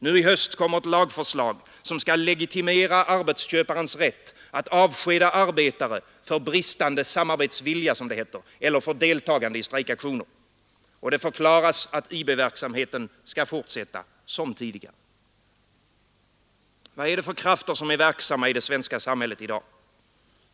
Nu i höst kommer ett lagförslag som skall legitimera arbetsköparens rätt att avskeda arbetare för bristande samarbetsvilja, som det heter, eller för deltagande i strejkaktioner. Och det förklaras att IB-verksamheten skall fortsätta som tidigare. Vad är det för krafter som är verksamma i det svenska samhället i dag?